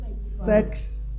Sex